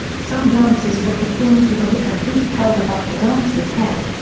some dances were performed with a wicker hoop held above the dancer's head.